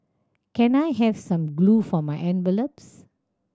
can I have some glue for my envelopes